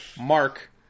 Mark